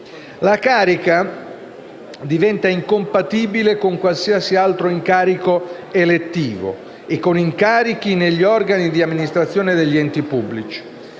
La carica diventa incompatibile con qualsiasi altro incarico elettivo e con incarichi negli organi di amministrazione degli enti pubblici.